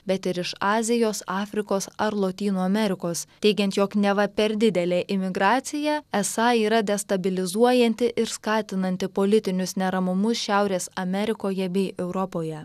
bet ir iš azijos afrikos ar lotynų amerikos teigiant jog neva per didelė imigracija esą yra destabilizuojanti ir skatinanti politinius neramumus šiaurės amerikoje bei europoje